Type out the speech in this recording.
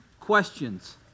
questions